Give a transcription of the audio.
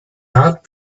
out